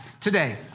today